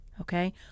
okay